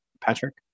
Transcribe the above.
Patrick